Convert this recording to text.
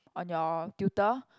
on your tutor